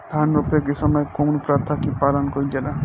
धान रोपे के समय कउन प्रथा की पालन कइल जाला?